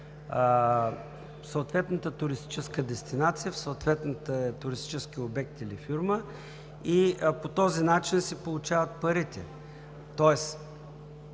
в съответната туристическа дестинация, в съответните туристически обект или фирма и по този начин си получават парите.